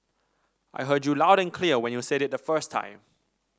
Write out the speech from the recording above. I heard you loud and clear when you said it the first time